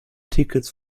tickets